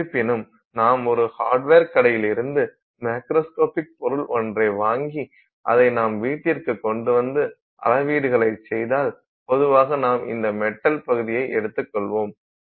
இருப்பினும் நாம் ஒரு ஹாட்வர் கடையில் இருந்து மேக்ரோஸ்கோபிக் பொருள் ஒன்றை வாங்கி அதை நம் வீட்டிற்கு கொண்டு வந்து அளவீடுகளைச் செய்தால் பொதுவாக நாம் இந்த மெட்டல் பகுதியை எடுத்துக்கொள்வோம்